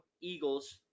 Eagles